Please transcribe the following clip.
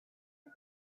him